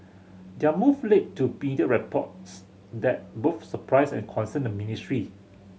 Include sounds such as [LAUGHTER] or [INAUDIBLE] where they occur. their move led to [UNINTELLIGIBLE] reports that both surprised and concerned the ministry